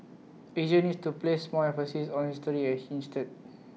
Asia needs to place more emphasis on history and he insisted